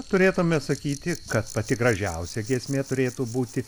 turėtume sakyti kad pati gražiausia giesmė turėtų būti